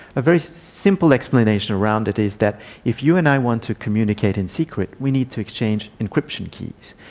a very simple explanation around it is that if you and i want to communicate in secret we need to exchange encryption keys,